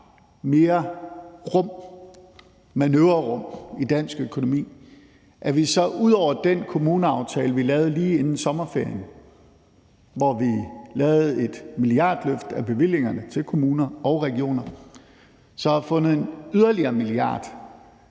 mere manøvrerum i dansk økonomi, ud over den kommuneaftale, vi lavede lige inden sommerferien, hvor vi lavede et milliardløft af bevillingerne til kommuner og regioner, så har fundet yderligere 1 mia.